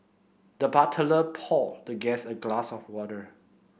the butler poured the guest a glass of water